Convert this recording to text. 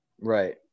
Right